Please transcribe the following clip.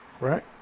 right